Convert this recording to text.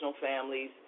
families